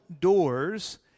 doors